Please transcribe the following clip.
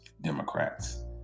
Democrats